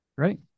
Right